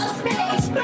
space